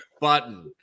button